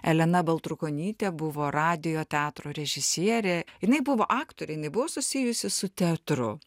elena baltrukonytė buvo radijo teatro režisierė jinai buvo aktorė jinai buvo susijusi su teatru